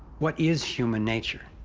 what is human nature?